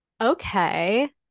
okay